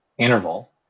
interval